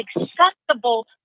acceptable